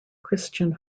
christian